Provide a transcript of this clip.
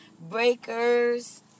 Breakers